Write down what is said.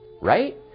Right